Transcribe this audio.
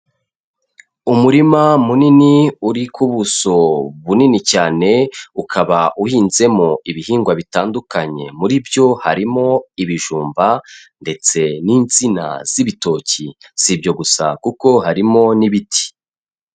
Umurima munini uri ku buso bunini cyane, ukaba uhinzemo ibihingwa bitandukanye, muri byo harimo: ibijumba ndetse n'insina z'ibitoki. Si ibyo gusa kuko harimo n'ibiti.